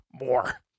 more